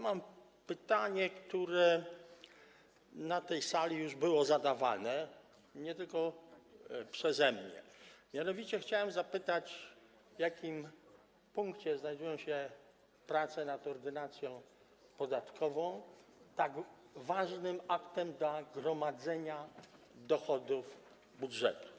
Mam pytanie, które na tej sali już było zadawane, nie tylko przeze mnie, mianowicie chciałem zapytać: W jakim punkcie znajdują się prace nad Ordynacją podatkową, tak ważnym aktem dla gromadzenia dochodów budżetu?